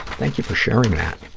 thank you for sharing that.